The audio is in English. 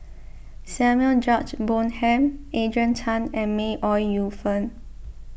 Samuel George Bonham Adrian Tan and May Ooi Yu Fen